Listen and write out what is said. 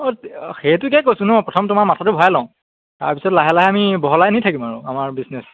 অঁ অঁ সেইটোকে কৈছোঁ ন প্ৰথম তোমাৰ মাথাটো ভৰাই লওঁ তাৰপিছত লাহে লাহে আমি বহলাই নি থাকিম আৰু আমাৰ বিজনেছ